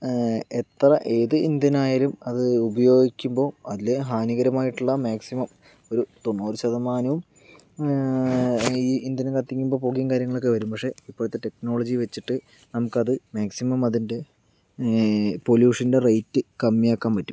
എത്ര ഏത് ഇന്ധനമായാലും അത് ഉപയോഗിക്കുമ്പോൾ അല്ലെ ഹാനികരമായിട്ടുള്ള മാക്സിമം ഒരു തൊണ്ണൂറ് ശതമാനവും ഈ ഇന്ധനം കത്തിക്കുമ്പോൾ പുകയും കാര്യങ്ങളൊക്കെ വരും പക്ഷെ ഇപ്പോഴത്തെ ടെക്നോളജി വച്ചിട്ട് നമുക്കത് മാക്സിമം അതിൻ്റെ പൊലൂഷൻ്റെ റേറ്റ് കമ്മിയാക്കാൻ പറ്റും